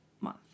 month